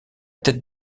tête